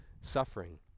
suffering